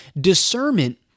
discernment